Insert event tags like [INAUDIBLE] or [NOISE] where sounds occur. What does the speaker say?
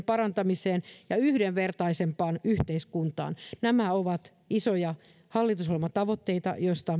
[UNINTELLIGIBLE] parantamiseen [UNINTELLIGIBLE] ja yhdenvertaisempaan yhteiskuntaan nämä ovat isoja hallitusohjelmatavoitteita joista [UNINTELLIGIBLE]